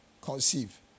conceive